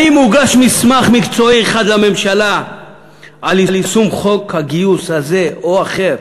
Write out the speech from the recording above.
האם הוגש מסמך מקצועי אחד לממשלה על יישום חוק גיוס זה או אחר,